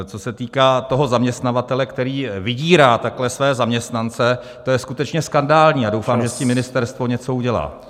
Co se týká zaměstnavatele, který vydírá takhle své zaměstnance, to je skutečně skandální a doufám, že s tím ministerstvo něco udělá.